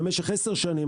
במשך עשר שנים,